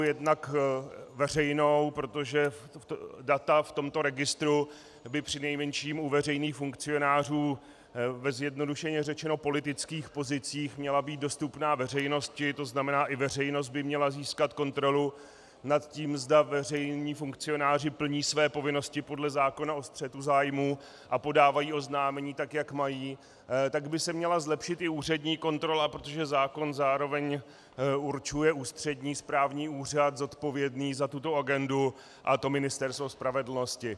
Jednak veřejnou, protože data v tomto registru by přinejmenším u veřejných funkcionářů ve zjednodušeně řečeno politických pozicích měla být dostupná veřejnosti, to znamená, i veřejnost by měla získat kontrolu nad tím, zda veřejní funkcionáři plní své povinnosti podle zákona o střetu zájmů a podávají oznámení tak, jak mají, tak by se měla zlepšit i úřední kontrola, protože zákon zároveň určuje ústřední správní úřad zodpovědný za tuto agendu, a to Ministerstvo spravedlnosti.